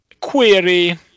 query